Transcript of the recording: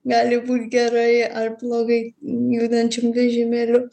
gali būt gerai ar blogai judančiam vežimėliu